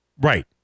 Right